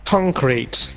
Concrete